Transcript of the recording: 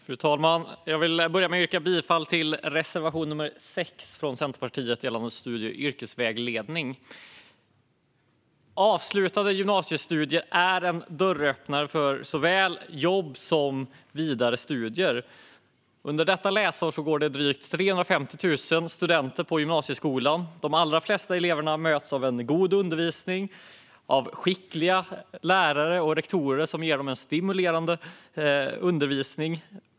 Fru talman! Jag vill börja med att yrka bifall till Centerpartiets reservation nr 6 gällande studie och yrkesvägledning. Avslutade gymnasiestudier är en dörröppnare när det gäller såväl jobb som vidare studier. Under detta läsår går det drygt 350 000 studenter i gymnasieskolan, och de allra flesta elever möts av en god undervisning - av skickliga lärare och rektorer som ger dem en stimulerande undervisning.